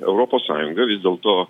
europos sąjunga vis dėlto